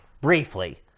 Briefly